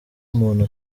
umuntu